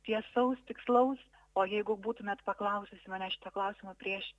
tiesaus tikslaus o jeigu būtumėt paklausius manęs šito klausimo prieš